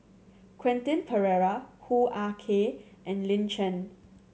Quentin Pereira Hoo Ah Kay and Lin Chen